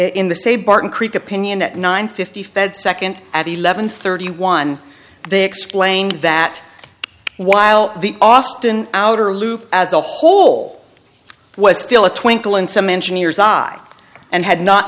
in the say barton creek opinion at nine fifty fed second at eleven thirty one they explained that while the austin outer loop as a whole was still a twinkle in some engineers eye and had not